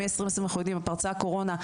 מ-2020 אנחנו יודעים פרצה הקורונה,